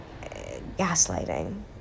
gaslighting